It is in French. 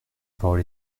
parole